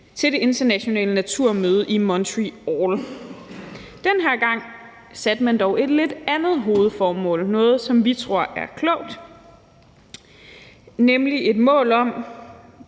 til det internationale naturmøde i Montreal. Den her gang satte man dog et lidt andet hovedmål, hvilket vi tror er klogt, nemlig et mål om